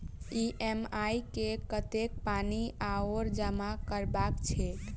EMI मे कतेक पानि आओर जमा करबाक छैक?